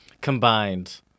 Combined